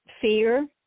fear